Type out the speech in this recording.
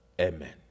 amen